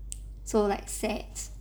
so like sad